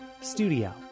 studio